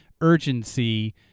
urgency